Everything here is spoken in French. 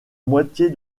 moitié